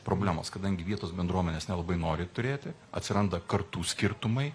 problemos kadangi vietos bendruomenės nelabai nori turėti atsiranda kartų skirtumai